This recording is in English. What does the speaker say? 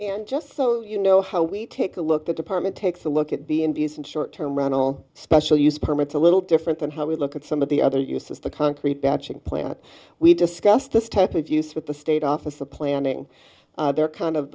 and just so you know how we take a look the department takes a look at the envious and short term runnel special use permits a little different than how we look at some of the other uses the concrete batching plant we discussed this type of use with the state office the planning there kind of